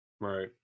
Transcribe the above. Right